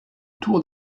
tour